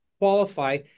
qualify